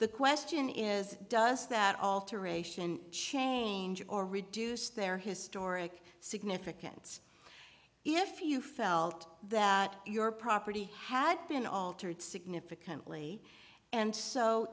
the question is does that alteration change or reduce their historic significance if you felt that your property had been altered significantly and so